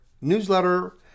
Newsletter